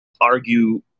argue